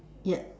yes